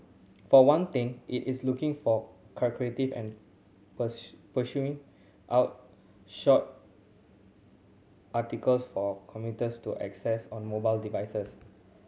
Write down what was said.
for one thing it is looking for curative and pursuing out short articles for commuters to access on mobile devices